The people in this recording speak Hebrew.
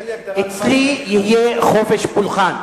אצלי יהיה חופש פולחן.